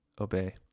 obey